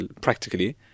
practically